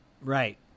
Right